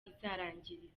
izarangirira